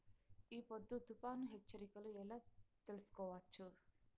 ఈ పొద్దు తుఫాను హెచ్చరికలు ఎలా తెలుసుకోవచ్చు?